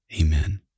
Amen